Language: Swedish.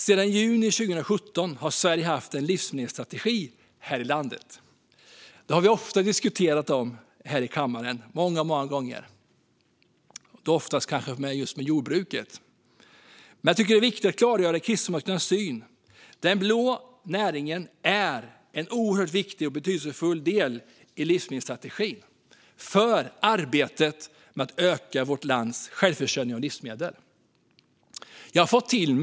Sedan juni 2017 har Sverige haft en livsmedelsstrategi. Den har vi diskuterat många gånger här i kammaren, oftast när det gäller jordbruket. Det är viktigt att klargöra Kristdemokraternas syn: Den blå näringen är en oerhört viktig och betydelsefull del i livsmedelsstrategin och för arbetet med att öka vårt lands självförsörjning när det gäller livsmedel.